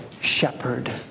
shepherd